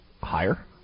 higher